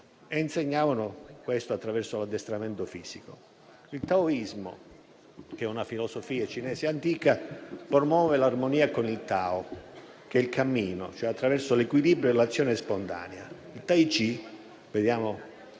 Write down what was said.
e insegnavano questo attraverso l'addestramento fisico. Il taoismo, una filosofia cinese antica, promuove l'armonia con il *tao*, che è il cammino, attraverso l'equilibrio e l'azione spontanea. Il Tai Chi - vediamo